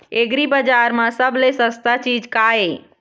एग्रीबजार म सबले सस्ता चीज का ये?